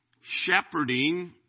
shepherding